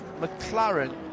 McLaren